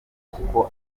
kuko